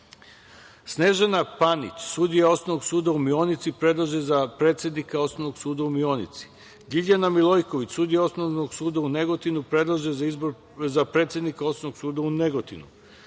Snežana Panić sudija Osnovnog suda u Mionici, predlaže se za predsednika Osnovnog suda u Mionici; Ljiljana Milojković sudija Osnovnog suda u Negotinu, predlaže se za predsednika Osnovnog suda u Negotinu;